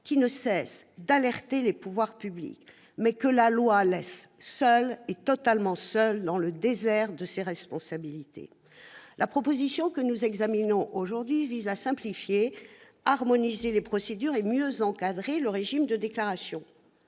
qui ne cesse d'alerter les pouvoirs publics, mais que la loi laisse totalement seul dans le désert de ses responsabilités ? La proposition de loi que nous examinons aujourd'hui vise à simplifier, harmoniser les procédures et mieux encadrer le régime de déclaration.